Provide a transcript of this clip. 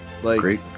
Great